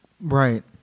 Right